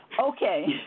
Okay